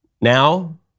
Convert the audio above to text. Now